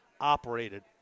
operated